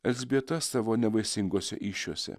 elzbieta savo nevaisingose įsčiose